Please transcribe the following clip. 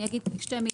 אני אגיד שתי מילים.